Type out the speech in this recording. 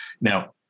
Now